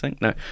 No